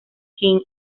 jing